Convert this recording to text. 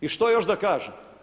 I što još da kažem?